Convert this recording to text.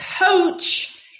coach